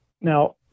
Now